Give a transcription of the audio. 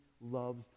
loves